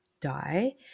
die